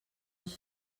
els